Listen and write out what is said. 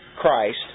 Christ